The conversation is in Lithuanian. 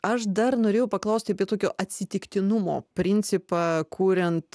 aš dar norėjau paklausti apie tokio atsitiktinumo principą kuriant